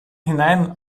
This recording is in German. hinein